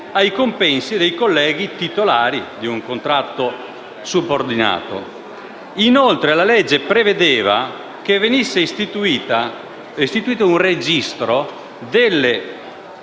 a quelli dei colleghi titolari di un contratto subordinato. Inoltre, la legge prevedeva che venisse istituito un registro delle